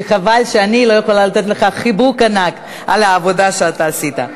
שחבל שאני לא יכולה לתת לך חיבוק ענק על העבודה שאתה עשית.